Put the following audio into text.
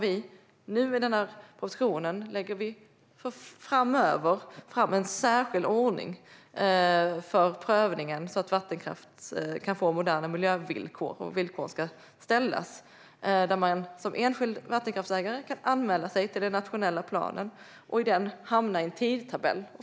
I denna proposition lägger vi fram en särskild ordning som ska gälla framöver för prövningen så att vattenkraft kan få moderna miljövillkor. Villkoren ska ställas. Man kan som enskild vattenkraftsägare anmäla sig till den nationella planen och i den hamna i en tidtabell.